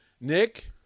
Nick